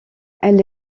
elle